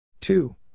two